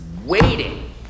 waiting